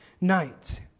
night